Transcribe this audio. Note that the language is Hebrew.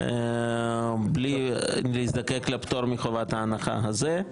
מבלי להזדקק לפטור מחובת ההנחה הזה.